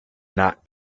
not